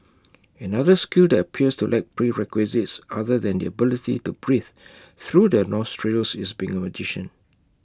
another skill that appears to lack prerequisites other than the ability to breathe through the nostrils is being A magician